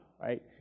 right